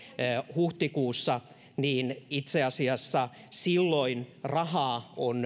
huhtikuussa itse asiassa rahaa on